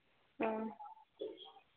हाँ